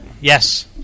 Yes